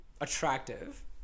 attractive